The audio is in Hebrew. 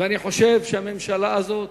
אני חושב שהממשלה הזאת